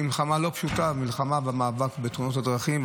שהיא מלחמה לא פשוטה: המלחמה בתאונות הדרכים.